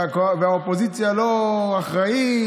והאופוזיציה לא אחראית,